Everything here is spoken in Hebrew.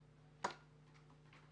בינתיים.